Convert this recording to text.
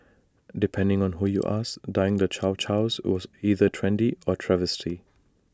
depending on who you ask dyeing the chow Chows was either trendy or A travesty